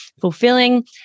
fulfilling